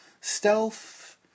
Stealth